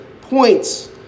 points